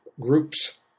groups